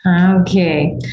Okay